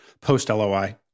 post-LOI